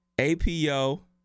APO